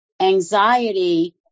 anxiety